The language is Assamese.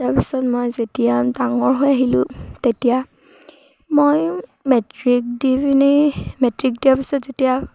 তাৰপিছত মই যেতিয়া ডাঙৰ হৈ আহিলোঁ তেতিয়া মই মেট্ৰিক দি পিনি মেট্ৰিক দিয়াৰ পিছত যেতিয়া